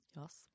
Yes